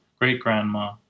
great-grandma